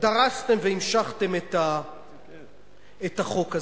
דרסתם והמשכתם את החוק הזה.